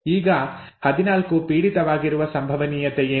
ಈಗ 14 ಪೀಡಿತವಾಗಿರುವ ಸಂಭವನೀಯತೆ ಏನು